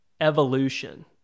evolution